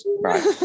Right